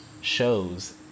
shows